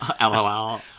LOL